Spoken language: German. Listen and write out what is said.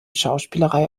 schauspielerei